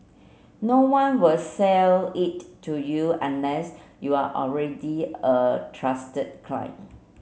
no one will sell it to you unless you're already a trusted client